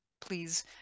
please